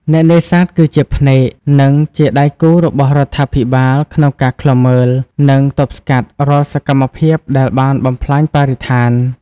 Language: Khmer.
អ្នកនេសាទគឺជាភ្នែក និងជាដៃគូរបស់រដ្ឋាភិបាលក្នុងការឃ្លាំមើល និងទប់ស្កាត់រាល់សកម្មភាពដែលបានបំផ្លាញបរិស្ថាន។